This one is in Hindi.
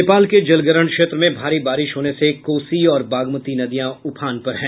नेपाल के जलग्रहण क्षेत्र में भारी बारिश होने से कोसी और बागमती नदियां उफान पर हैं